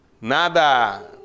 Nada